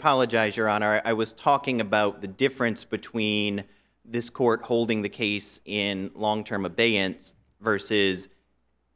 apologize your honor i was talking about the difference between this court holding the case in long term abeyance verses